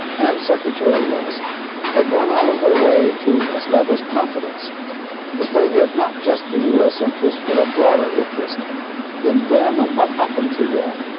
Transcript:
and secretary rusk had gone out of their way to establish confidence that they had not just the u s. interest, but a broader interest in them, and what happened to them.